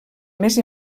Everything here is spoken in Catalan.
més